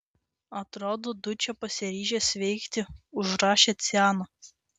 atrodo dučė pasiryžęs veikti užrašė ciano